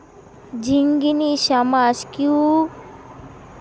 ঝিঙ্গিনী শ্যামাস কিউকুয়াবিটাশা সংসারের শ্রেণীবদ্ধ গছ